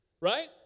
Right